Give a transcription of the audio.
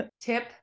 Tip